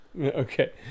Okay